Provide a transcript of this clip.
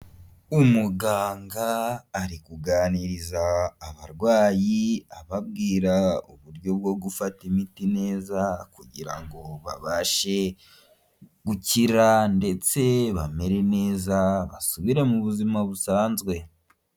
Umuganga ari kuganiriza abarwayi ababwira uburyo bwo gufata imiti neza kugira ngo babashe gukira ndetse bamere neza basubire mu buzima busanzwe.